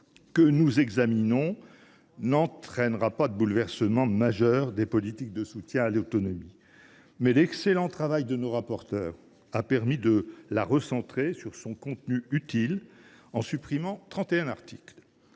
que nous examinons aujourd’hui n’entraînera pas de bouleversement majeur des politiques de soutien à l’autonomie, mais l’excellent travail de nos rapporteurs a permis de la recentrer sur son contenu utile, en supprimant trente